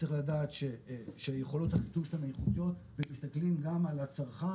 צריך לדעת שיכולות החיתוך שלהם איכותיות ומסתכלים גם על הצרכן